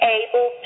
able